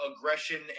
aggression